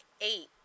eight